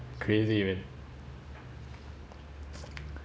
crazy man